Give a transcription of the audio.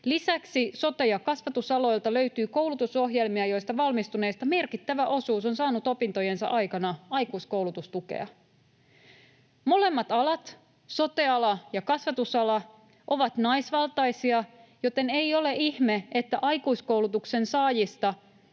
Lisäksi sote- ja kasvatusaloilta löytyy koulutusohjelmia, joista valmistuneista merkittävä osuus on saanut opintojensa aikana aikuiskoulutustukea. Molemmat alat, sote-ala ja kasvatusala, ovat naisvaltaisia, joten ei ole ihme, että aikuiskoulutustuen saajista